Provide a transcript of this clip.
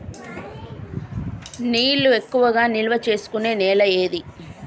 నీళ్లు ఎక్కువగా నిల్వ చేసుకునే నేల ఏది?